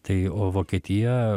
tai o vokietija